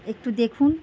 একটু দেখুন